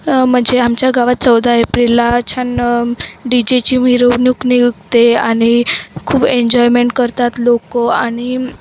म्हणजे आमच्या गावात चौदा एप्रिलला छान डी जेची मिरवणूक नियुकते आणि खूप एन्जॉयमेंट करतात लोक आणि